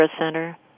Center